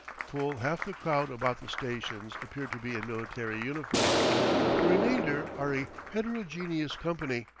full half the crowd about the stations appear to be in military uniform the remainder are a heterogeneous company,